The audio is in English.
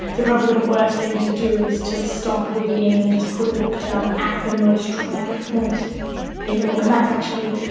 probably the worst thing to do is to stop reading and just put a book down at the most traumatic point in the book and that's actually,